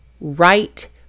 right